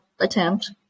attempt